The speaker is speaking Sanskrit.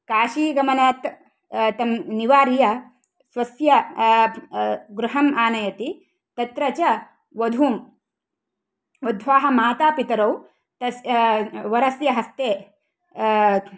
काशी गमनात् तं निवार्य स्वस्य गृहम् आनयति तत्र च वधूं वध्वाः मातापितरौ तस्य वरस्य हस्ते